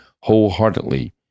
wholeheartedly